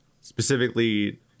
specifically